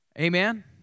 amen